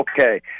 okay